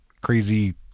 crazy